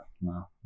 No